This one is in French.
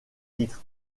titre